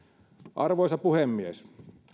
arvoisa puhemies